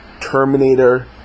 Terminator